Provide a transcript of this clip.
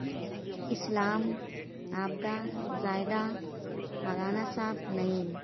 Islam Abida Zahida Maulana Sahib Naeem